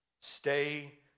Stay